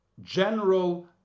general